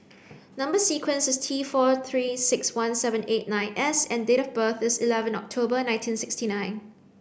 number sequence is T four three six one seven eight nine S and date of birth is eleven October nineteen sixty nine